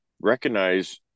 recognize